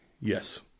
Yes